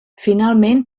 finalment